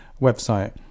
website